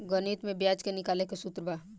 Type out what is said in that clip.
गणित में ब्याज के निकाले के सूत्र बा